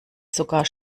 sogar